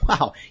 wow